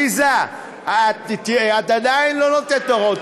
עליזה, את עדיין לא נותנת הוראות.